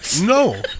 No